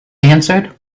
answered